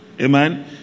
Amen